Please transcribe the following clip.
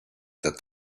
that